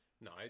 No